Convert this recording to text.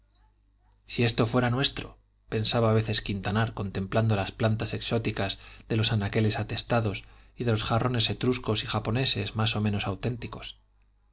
si esto fuera nuestro pensaba a veces quintanar contemplando las plantas exóticas de los anaqueles atestados y de los jarrones etruscos y japoneses más o menos auténticos